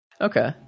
okay